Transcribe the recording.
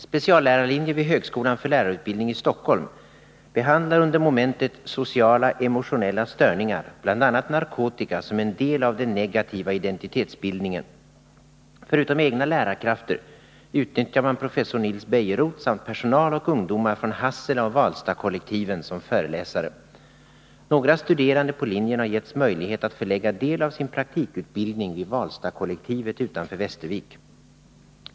Speciallärarlinjen vid högskolan för lärarutbildning i Stockholm behandlar under momentet sociala-emotionella störningar bl.a. narkotika som en del av den negativa identitetsbildningen. Förutom egna lärarkrafter utnyttjar man professor Nils Bejerot samt personal och ungdomar från Hasselaoch Valstadkollektiven som föreläsare. Några studerande på linjen har givits möjlighet att förlägga del av sin praktikutbildning vid Valstadkollektivet utanför Västervik.